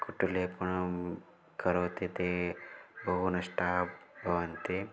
कटुः लेपनं करोति ते बहु नष्टाः भवन्ति